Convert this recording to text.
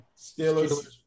Steelers